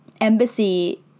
embassy